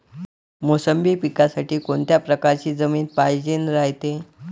मोसंबी पिकासाठी कोनत्या परकारची जमीन पायजेन रायते?